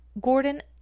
Gordon